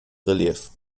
relief